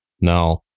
Now